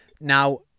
Now